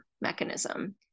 mechanism